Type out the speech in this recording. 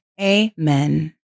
Amen